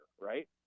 right